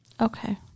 Okay